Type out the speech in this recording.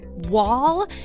wall